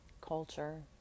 culture